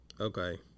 Okay